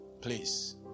Please